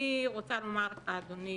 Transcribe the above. אני רוצה לומר לך, אדוני,